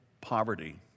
poverty